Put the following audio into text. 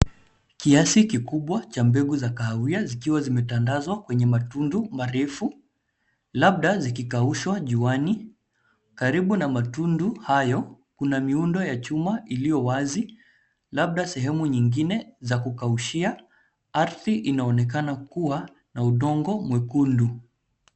Kiasi kikubwa cha mbegu za kahawia zikiwa zimetandazwa kwenye matundu marefu labda zikikaushwa juani. Karibu na matundu hayo kuna miundo ya chuma iliyo wazi labda sehemu nyingine za kukaushia. Ardhi inaonekana kuwa na udongo mwekundu.